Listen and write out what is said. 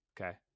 okay